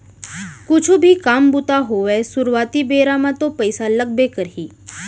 कुछु भी काम बूता होवय सुरुवाती बेरा म तो पइसा लगबे करही